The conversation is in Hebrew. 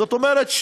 זאת אומרת,